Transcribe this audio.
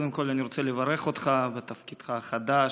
קודם כול אני רוצה לברך אותך בתפקידך החדש.